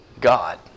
God